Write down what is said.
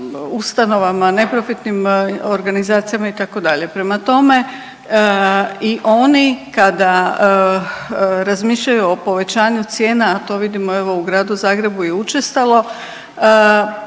ustanovama, neprofitnim organizacijama itd. Prema tome, i oni kada razmišljaju o povećanju cijena, a to vidimo evo u Gradu Zagrebu je učestalo